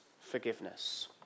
forgiveness